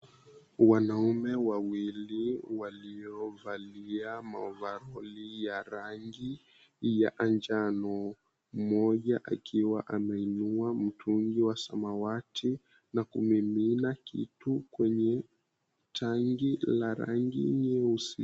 Wanaume wawili waliovalia mavazi ya rangi ya njano mmoja akiwa ameinua mtungi wa samawati na kuminina kitu kwenye tairi la rangi nyeusi.